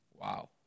Wow